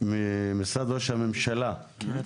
יודע שממשרד ראש הממשלה, -- איזה?